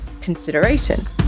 consideration